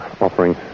offering